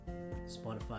spotify